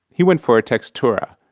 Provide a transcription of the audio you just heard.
he went for a textura,